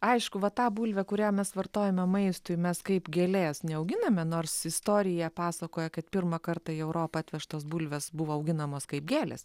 aišku va tą bulvę kurią mes vartojame maistui mes kaip gėlės neauginame nors istorija pasakoja kad pirmą kartą į europą atvežtos bulvės buvo auginamos kaip gėlės